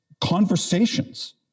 conversations